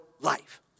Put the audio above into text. life